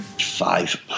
five